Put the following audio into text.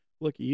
look